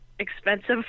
expensive